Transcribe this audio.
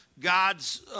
God's